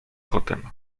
kotem